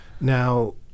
Now